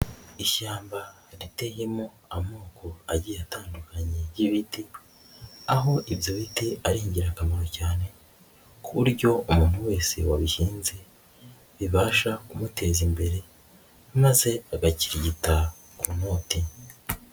Ishyamba riteyemo amoko agiye atandukanye y'ibiti, aho ibyo biti ari ingirakamaro cyane ku buryo umuntu wese wabihinze bibasha kumuteza imbere maze agakirigita ku noti.